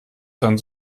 sein